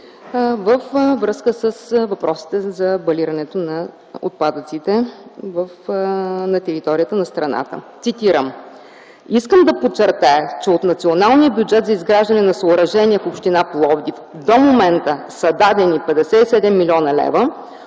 във връзка с въпросите за балирането на отпадъците на територията на страната. Цитирам: „Искам да подчертая, че от националния бюджет за изграждане на съоръжения в община Пловдив до момента са дадени 57 млн. лв.,